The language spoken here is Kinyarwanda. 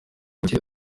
gukira